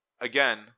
Again